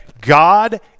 God